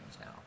now